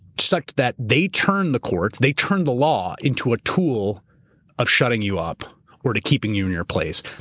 sucked that they turned the courts, they turned the law into a tool of shutting you up or to keeping you in your place.